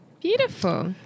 beautiful